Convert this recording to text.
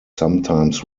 sometimes